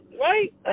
Right